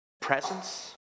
presence